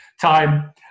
time